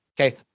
Okay